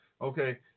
Okay